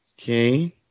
Okay